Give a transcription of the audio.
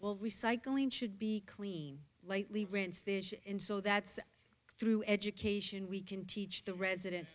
well recycling should be clean lightly rants there and so that's through education we can teach the residents